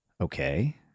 okay